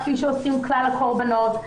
כפי שעושים כלל הקורבנות.